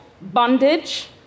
bondage